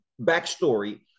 backstory